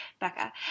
Becca